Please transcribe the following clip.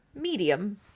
medium